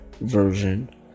version